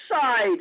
side